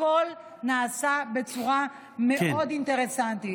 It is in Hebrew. הכול נעשה בצורה מאוד אינטרסנטית.